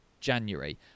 January